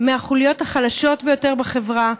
מהחוליות החלשות ביותר בחברה,